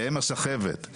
שהם הסחבת.